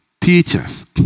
teachers